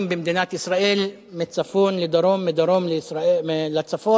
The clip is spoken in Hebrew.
במדינת ישראל מצפון לדרום ומדרום לצפון,